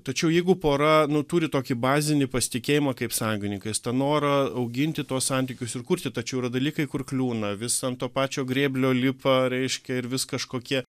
tačiau jeigu pora nu turi tokį bazinį pasitikėjimą kaip sąjungininkais tą norą auginti tuos santykius ir kurti tačiau yra dalykai kur kliūna vis ant to pačio grėblio lipa reiškia ir vis kažkokie